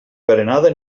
berenada